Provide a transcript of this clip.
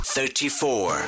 Thirty-four